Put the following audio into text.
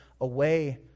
away